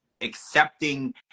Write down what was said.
accepting